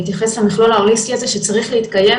להתייחס למכלול ההוליסטי הזה שצריך להתקיים